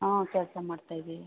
ಹಾಂ ಕೆಲಸ ಮಾಡ್ತಾಯಿದ್ದೀನಿ